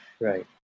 right